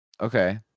Okay